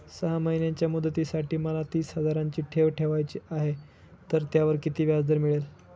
सहा महिन्यांच्या मुदतीसाठी मला तीस हजाराची ठेव ठेवायची आहे, तर त्यावर किती व्याजदर मिळेल?